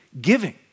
giving